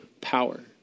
power